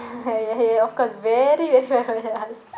ya ya of course very very